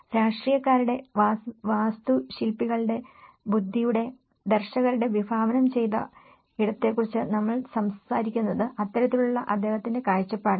രാഷ്ട്രീയക്കാരുടെ വാസ്തുശില്പികളുടെ ബുദ്ധിയുടെ ദർശകരുടെ വിഭാവനം ചെയ്ത ഇടത്തെക്കുറിച്ച് നമ്മൾ സംസാരിക്കുന്നത് അത്തരത്തിലുള്ള അദ്ദേഹത്തിന്റെ കാഴ്ചപ്പാടാണ്